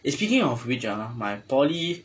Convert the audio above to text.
eh speaking of which ah my poly